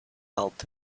helped